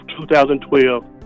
2012